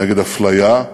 נגד אפליה,